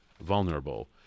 vulnerable